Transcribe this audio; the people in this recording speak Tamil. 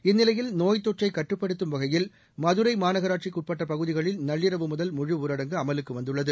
இந்நிலையில் நோய்த் தொற்றை கட்டுப்படுத்தும் வகையில் மதுரை மாநகராட்சிக்கு உட்பட்ட பகுதிகளில் நள்றிரவு முதல் முழுஊரடங்கு அமலுக்கு வந்துள்ளது